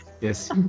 Yes